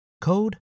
code